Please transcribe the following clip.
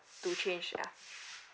to change yeah